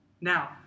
Now